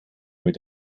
mit